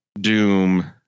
doom